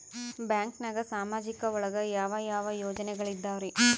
ಬ್ಯಾಂಕ್ನಾಗ ಸಾಮಾಜಿಕ ಒಳಗ ಯಾವ ಯಾವ ಯೋಜನೆಗಳಿದ್ದಾವ್ರಿ?